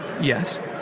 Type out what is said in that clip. Yes